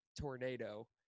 tornado